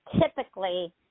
typically